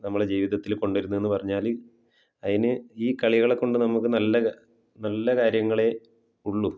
നമ്മളെ ജീവിതത്തിൽ കൊണ്ടു വരുന്നു എന്ന് പറഞ്ഞാൽ അതിന് ഈ കളികളെ കൊണ്ട് നമുക്ക് നല്ല നല്ല കാര്യങ്ങളെ ഉള്ളു